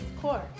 core